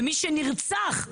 ומי שנרצח,